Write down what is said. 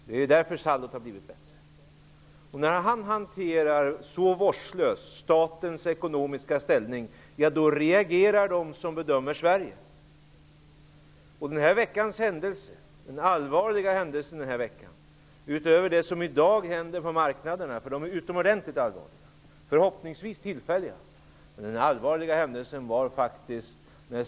Det är därför som saldot har blivit bättre. När Lars Tobisson så vårdslöst hanterar statens ekonomiska ställning, reagerar de som bedömer Sverige. Den här veckans allvarliga händelse var att Statshypotek fick en förändrad rating, utöver dagens utomordentligt allvarliga men förhoppningsvis tillfälliga händelser på marknaden.